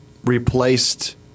replaced